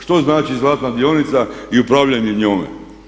Što znači zlatna dionica i upravljanje njome?